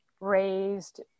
raised